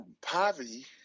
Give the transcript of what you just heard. poverty